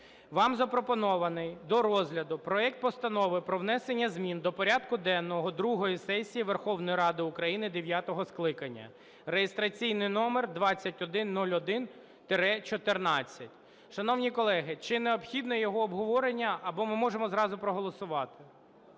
Вам запропонований до розгляду проект Постанови про внесення змін до порядку денного другої сесії Верховної Ради України дев'ятого скликання (реєстраційний номер 2101-14). Шановні колеги, чи необхідне його обговорення, або ми можемо зразу проголосувати?